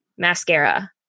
Mascara